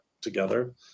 together